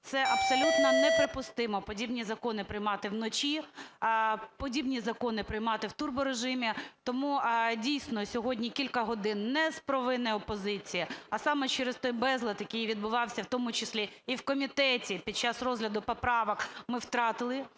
Це абсолютно неприпустимо – подібні закони приймати вночі, подібні закони приймати в турборежимі. Тому, дійсно, сьогодні кілька годин не з провини опозиції, а саме через той безлад, який відбувався в тому числі і в комітеті під час розгляду поправок, ми втратили.